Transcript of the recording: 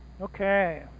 Okay